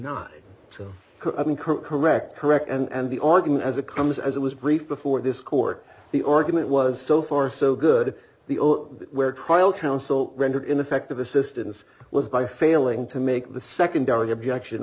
not so i mean correct correct and the argument as it comes as it was brief before this court the argument was so far so good the where trial counsel rendered ineffective assistance was by failing to make the secondary objection